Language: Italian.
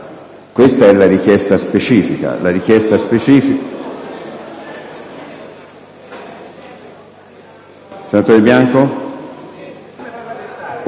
Questa è una richiesta specifica.